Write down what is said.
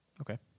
Okay